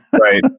Right